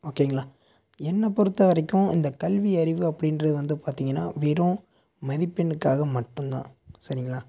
ஓகேங்களா என்னை பொறுத்தவரைக்கும் இந்த கல்வி அறிவு அப்படின்றது வந்து பார்த்தீங்கனா வெறும் மதிப்பெணுக்காக மட்டும்தான் சரிங்களா